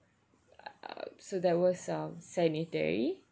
um so that was um sanitary